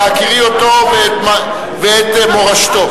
בהכירי אותו ואת מורשתו.